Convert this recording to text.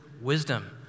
wisdom